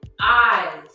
eyes